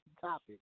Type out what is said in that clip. topic